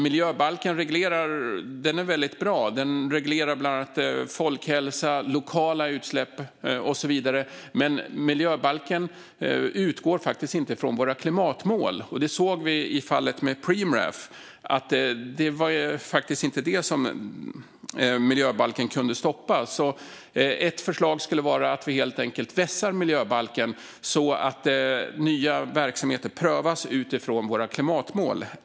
Miljöbalken är väldigt bra och reglerar folkhälsa, lokala utsläpp och så vidare, men den utgår faktiskt inte från våra klimatmål. I fallet med Preemraff såg vi att miljöbalken faktiskt inte kunde stoppa det. Ett förslag skulle vara att vi helt enkelt vässar miljöbalken så att nya verksamheter prövas utifrån våra klimatmål.